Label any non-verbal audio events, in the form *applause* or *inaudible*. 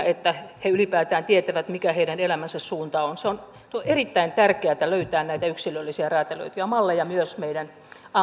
*unintelligible* että he ylipäätään tietävät mikä heidän elämänsä suunta on on erittäin tärkeätä löytää näitä yksilöllisiä räätälöityjä malleja myös meidän